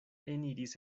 eniris